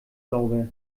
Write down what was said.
sauber